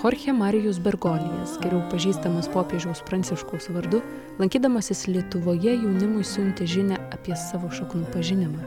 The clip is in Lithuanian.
chorchė marijus begonijas geriau pažįstamas popiežiaus pranciškaus vardu lankydamasis lietuvoje jaunimui siuntė žinią apie savo šaknų pažinimą